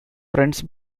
friends